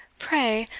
pray,